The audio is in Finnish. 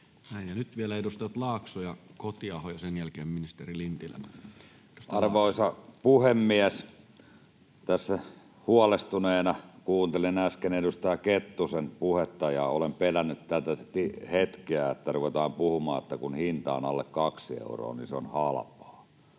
nyt vielä edustajat Laakso ja Kotiaho, ja sen jälkeen ministeri Lintilä. Arvoisa puhemies! Tässä huolestuneena kuuntelin äsken edustaja Kettusen puhetta. Olen pelännyt tätä hetkeä, että ruvetaan puhumaan, että kun hinta on alle kaksi euroa, niin se on halpa.